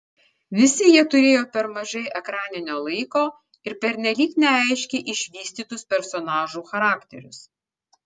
visi jie turėjo per mažai ekraninio laiko ir pernelyg neaiškiai išvystytus personažų charakterius